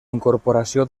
incorporació